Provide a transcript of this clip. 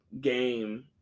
game